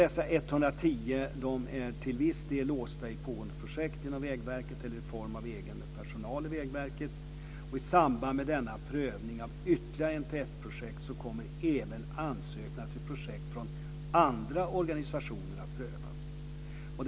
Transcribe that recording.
Dessa medel är till viss del låsta i pågående projekt inom Vägverket eller i form av egen personal inom Vägverket. I samband med denna prövning av ytterligare NTF-projekt kommer även ansökningar till projekt från andra organisationer att prövas.